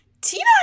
Tina